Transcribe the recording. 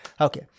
Okay